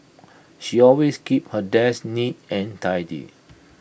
she always keeps her desk neat and tidy